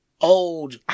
old